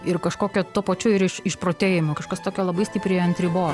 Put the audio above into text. ir kažkokio tuo pačiu ir iš išprotėjimo kažkas tokio labai stipriai ant ribos